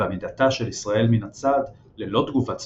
ועמידתה של ישראל מן הצד, ללא תגובה צבאית,